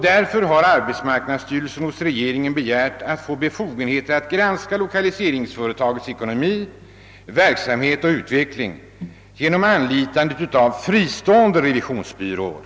Därför har arbetsmarknadsstyrelsen hos regeringen begärt att få befogenhet att granska l1okaliseringsföretagets ekonomi, verksamhet och utveckling genom anlitande av fristående revisionsbyråer.